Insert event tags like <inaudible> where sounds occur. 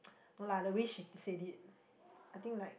<noise> no lah the way she'd said it <breath> I think like